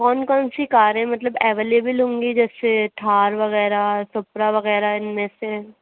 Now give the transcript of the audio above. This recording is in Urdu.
کون کون سی کار ہے مطلب ایولیول ہوں گی جیسے تھار وغیرہ سپرا وغیرہ اِن میں سے